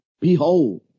Behold